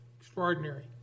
Extraordinary